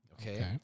Okay